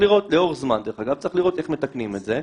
לאורך זמן צריך לראות איך מתקנים את זה,